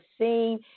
seen